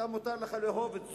אתה, מותר לך לאהוב את זו,